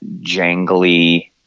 jangly